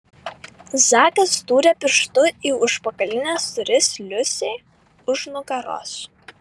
zakas dūrė pirštu į užpakalines duris liusei už nugaros